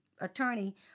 attorney